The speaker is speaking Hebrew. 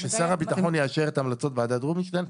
כששר הביטחון יאשר את המלצות ועדת רובינשטיין,